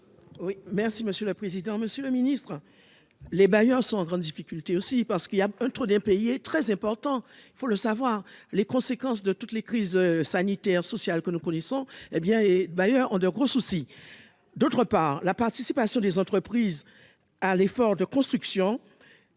Oui merci monsieur le président, Monsieur le Ministre, les bailleurs sans grande difficulté aussi parce qu'il y a un trou d'un pays est très important, il faut le savoir, les conséquences de toutes les crises sanitaires, sociales que nous connaissons, hé bien, et d'ailleurs ont de gros soucis, d'autre part, la participation des entreprises à l'effort de construction,